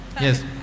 Yes